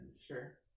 Sure